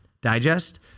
digest